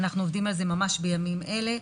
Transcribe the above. אנחנו עובדים על זה ממש בימים אלה.